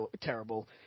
terrible